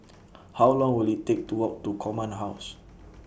How Long Will IT Take to Walk to Command House